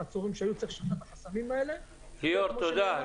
תודה, יואל.